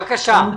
בבקשה.